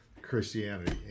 Christianity